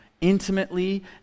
intimately